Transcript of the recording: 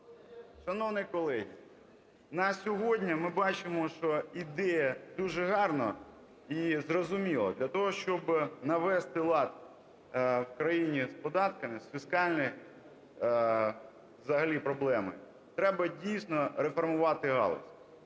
Шановні колеги, на сьогодні ми бачимо, що йде дуже гарно і зрозуміло, для того, щоб навести лад в країні з податками, з фіскальною взагалі проблемою, треба, дійсно, реформувати галузь.